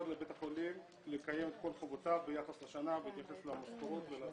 לבית החולים לקיים את כל חובותיו ביחס לשנה בהתייחס למשכורות וכולי.